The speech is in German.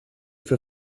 für